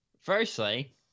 Firstly